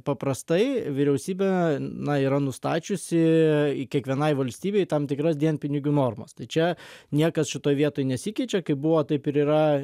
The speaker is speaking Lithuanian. paprastai vyriausybė na yra nustačiusi kiekvienai valstybei tam tikras dienpinigių normas tai čia niekas šitoj vietoj nesikeičia kaip buvo taip ir yra